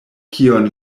kion